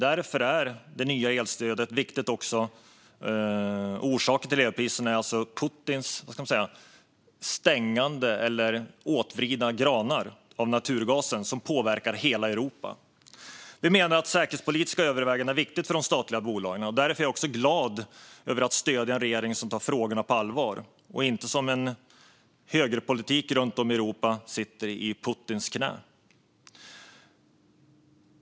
Därför är det nya elstödet viktigt. Orsaken till elpriserna är alltså Putins åtvridande av naturgaskranar, som påverkar hela Europa. Vi menar att säkerhetspolitiska överväganden är viktiga för de statliga bolagen. Därför är jag glad över att stödja en regering som tar frågorna på allvar och inte sitter i Putins knä, som en högerpolitik runt om i Europa gör.